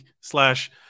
slash